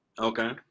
Okay